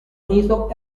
unito